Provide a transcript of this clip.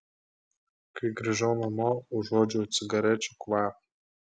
kai grįžau namo užuodžiau cigarečių kvapą